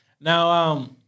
Now